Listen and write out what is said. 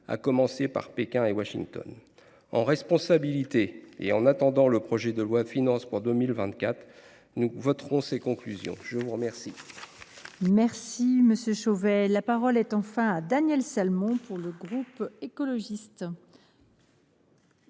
à commencer par Pékin et Washington. En responsabilité et en attendant le projet de loi de finances pour 2024, nous voterons les conclusions de la commission mixte paritaire. La parole est à M. Daniel Salmon, pour le groupe Écologiste